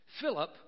Philip